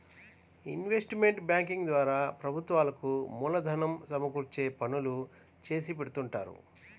investment banking ద్వారా ప్రభుత్వాలకు మూలధనం సమకూర్చే పనులు చేసిపెడుతుంటారు